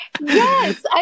Yes